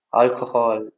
alcohol